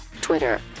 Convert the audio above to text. Twitter